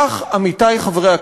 כך, עמיתי חברי הכנסת,